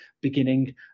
beginning